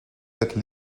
that